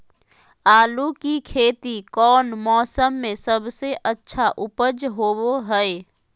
आलू की खेती कौन मौसम में सबसे अच्छा उपज होबो हय?